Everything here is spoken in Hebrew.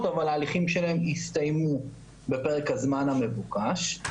אבל ההליכים שלהם הסתיימו בפרק הזמן המבוקש.